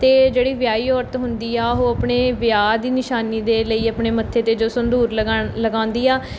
ਅਤੇ ਜਿਹੜੀ ਵਿਆਹੀ ਔਰਤ ਹੁੰਦੀ ਆ ਉਹ ਆਪਣੇ ਵਿਆਹ ਦੀ ਨਿਸ਼ਾਨੀ ਦੇ ਲਈ ਆਪਣੇ ਮੱਥੇ 'ਤੇ ਜੋ ਸੰਧੂਰ ਲਗਾਉਣ ਲਗਾਉਂਦੀ ਆ